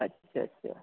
اچھا اچھا